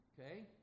Okay